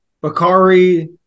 Bakari